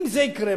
אם זה יקרה,